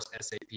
SAP